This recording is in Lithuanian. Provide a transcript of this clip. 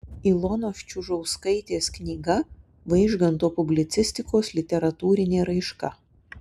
ilonos čiužauskaitės knyga vaižganto publicistikos literatūrinė raiška